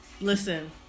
Listen